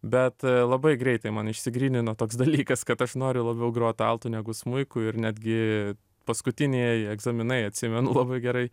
bet labai greitai man išsigrynino toks dalykas kad aš noriu labiau grot altu negu smuiku ir netgi paskutinieji egzaminai atsimenu labai gerai